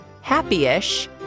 Happy-ish